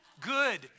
Good